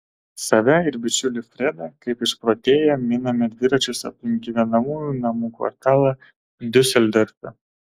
save ir bičiulį fredą kaip išprotėję miname dviračius aplink gyvenamųjų namų kvartalą diuseldorfe